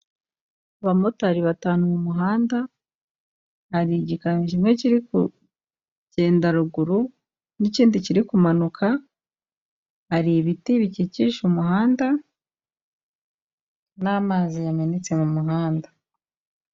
Abamotari batanu mu muhanda, hari igikamyo kimwe kirigenda ruguru, n'ikindi kiri kumanuka, hari ibiti bikikije umuhanda n'amazi yamenetse mu muhanda.